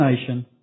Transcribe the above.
nation